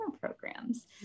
programs